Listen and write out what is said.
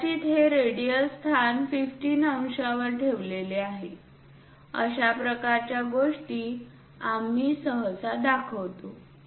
कदाचित हे रेडियल स्थान 15 अंशांवर ठेवले आहे अशा प्रकारच्या गोष्टी आम्ही सहसा दाखवतो